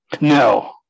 no